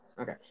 okay